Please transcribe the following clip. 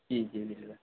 ठीक है